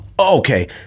Okay